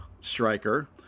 striker